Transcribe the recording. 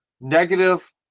negative